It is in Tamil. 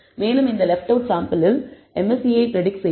மேலும் இந்த லெஃப்ட் அவுட் சாம்பிளில் MSE ஐ பிரடிக்ட் செய்யவும்